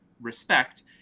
respect